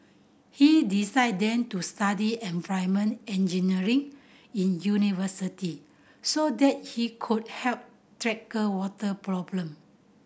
he decided then to study environment engineering in university so that he could help tackle water problem